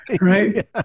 right